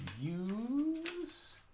use